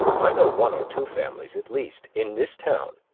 i know one or two families, at least, in this town,